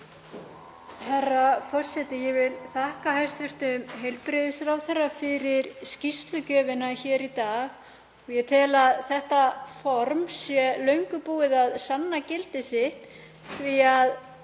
Herra forseti. Ég vil þakka hæstv. heilbrigðisráðherra fyrir skýrslugjöfina hér í dag. Ég tel að þetta form sé löngu búið að sanna gildi sitt. Bæði